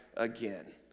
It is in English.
again